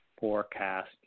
forecast